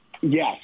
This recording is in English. Yes